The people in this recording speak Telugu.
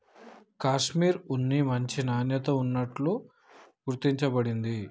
కాషిమిర్ ఉన్ని మంచి నాణ్యత ఉన్నట్టు గుర్తించ బడింది